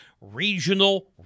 regional